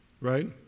right